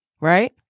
right